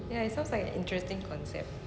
ya it sounds like an interesting concept